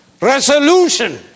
resolution